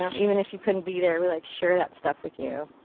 yeah even if you couldn't be there we like to share that stuff with you.